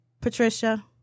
Patricia